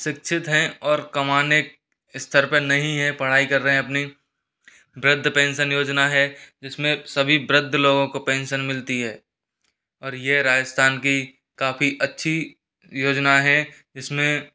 शिक्षित हैं और कमाने स्तर पर नहीं हैं पढ़ाई कर रहे हैं अपनी वृद्ध पेंसन योजना है जिसमें सभी वृद्ध लोगों को पेंसन मिलती है और यह राजस्थान की काफ़ी अच्छी योजना है जिसमें